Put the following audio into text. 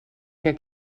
que